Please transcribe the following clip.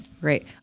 Great